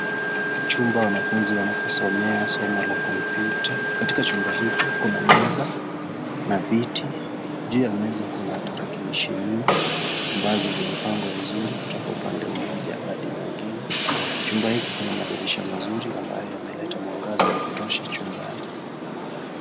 Chumba wanafunzi wanaposomea somo la kompyuta, katika chumba hiki kuna meza na viti, juu ya meza kuna tarakilishi nne ambazo zimepangwa vizuri kutoka upande mmoja hadi mwingine, chumba hiki kina madirisha mazuri ambayo yanaleta mwangaza wa kutosha chumbani.